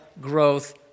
growth